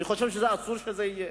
אני חושב שאסור שזה יהיה.